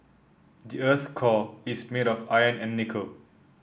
the earth's core is made of iron and nickel